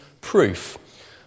proof